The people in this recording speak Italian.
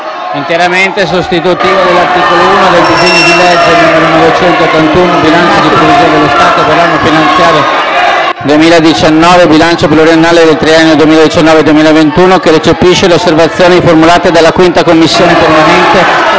interamente sostitutivo dell'articolo 1 del disegno di legge n. 981 «Bilancio di previsione dello Stato per l'anno finanziario 2019 e bilancio pluriennale per il triennio 2019-2021», che recepisce le condizioni e le osservazioni formulate dalla 5a Commissione permanente